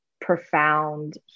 profound